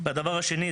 שניים,